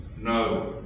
no